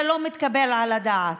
זה לא מתקבל על הדעת.